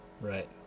Right